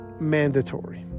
mandatory